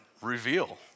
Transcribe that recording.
reveal